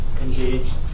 engaged